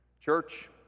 Church